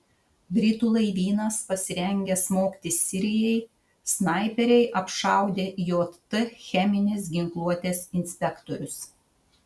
britų laivynas pasirengęs smogti sirijai snaiperiai apšaudė jt cheminės ginkluotės inspektorius